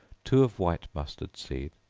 two of white mustard seed,